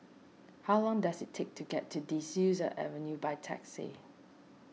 how long does it take to get to De Souza Avenue by taxi